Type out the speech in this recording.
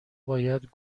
باید